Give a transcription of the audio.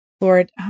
Lord